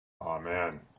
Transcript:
Amen